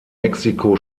mexiko